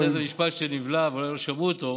אני עוד פעם רוצה לחזור על משפט שנבלע ואולי לא שמעו אותו: